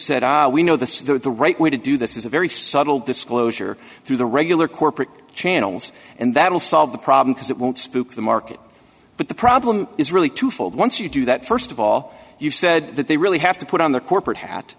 said we know the right way to do this is a very subtle disclosure through the regular corporate channels and that will solve the problem because it won't spook the market but the problem is really twofold once you do that st of all you said that they really have to put on the corporate hat